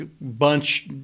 bunch